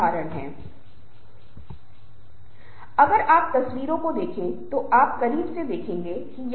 स्थगन को शोक के रूप में भी जाना जा सकता है जो समूह के स्थगन का शोक है